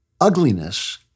Ugliness